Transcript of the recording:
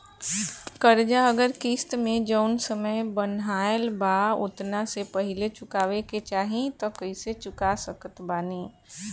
कर्जा अगर किश्त मे जऊन समय बनहाएल बा ओतना से पहिले चुकावे के चाहीं त कइसे चुका सकत बानी?